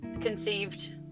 conceived